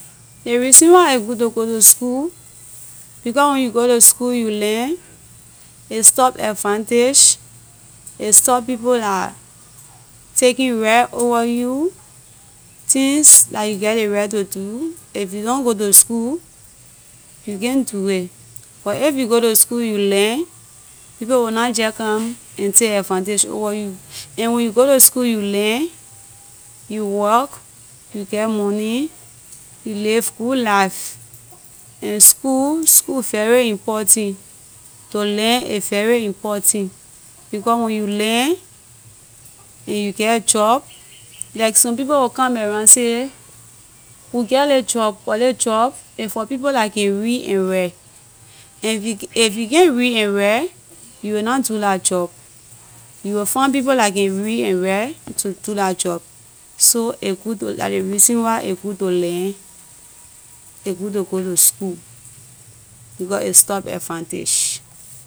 Ley reason why a good to go to school because when you go to school you learn a stop advantage a stop people la taking right over you things la you get ley right to do if you don’t go to school you can’t do it but if you go to school you learn people will na jeh come and take advantage over you and when you go to school you learn you work you get money you live good life and school school very important to learn a very important because when you learn and you get job like some people will come around say we get ley job but ley job a for people la can read and write and if you- if you can’t read and write you will na do la job you will find people la can read and write to do la job so a good to la ley reason why a good to learn a good to go to school because a stop advantage.